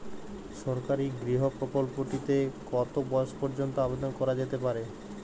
সরকারি গৃহ প্রকল্পটি তে কত বয়স পর্যন্ত আবেদন করা যেতে পারে?